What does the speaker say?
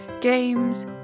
games